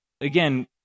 Again